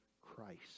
Christ